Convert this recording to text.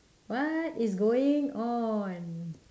what is going on